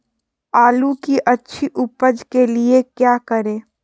आलू की अच्छी उपज के लिए क्या करें?